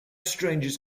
strangers